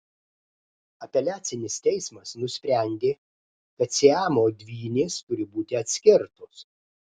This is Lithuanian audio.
apeliacinis teismas nusprendė kad siamo dvynės turi būti atskirtos